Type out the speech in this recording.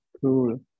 Cool